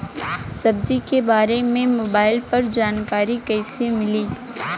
सब्जी के बारे मे मोबाइल पर जानकारी कईसे मिली?